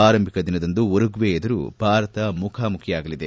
ಆರಂಭಿಕ ದಿನದಂದು ಉರುಗ್ನೆ ಎದುರು ಭಾರತ ಮುಖಾಮುಖಿಯಾಗಲಿದೆ